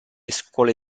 scuole